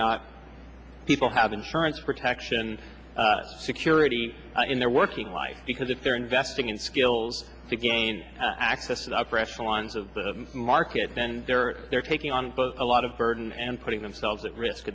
not people have insurance protection security in their working life because if they're investing in skills to gain access to the upper echelons of the market then they're taking on a lot of burden and putting themselves at risk